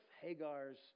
Hagar's